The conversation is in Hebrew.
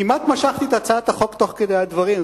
כמעט משכתי את הצעת החוק תוך כדי הדברים,